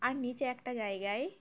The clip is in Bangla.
আর নিচে একটা জায়গায়